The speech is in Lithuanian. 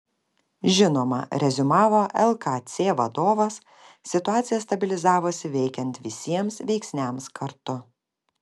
žinoma reziumavo lkc vadovas situacija stabilizavosi veikiant visiems veiksniams kartu